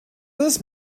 this